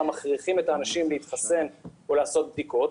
מכריחים את האנשים להתחסן או לעשות בדיקות,